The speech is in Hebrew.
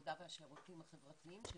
העבודה והשירותים החברתיים,